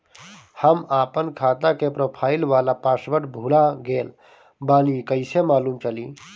हम आपन खाता के प्रोफाइल वाला पासवर्ड भुला गेल बानी कइसे मालूम चली?